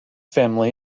family